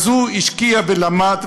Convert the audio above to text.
אז הוא השקיע ולמד,